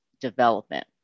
development